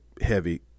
heavy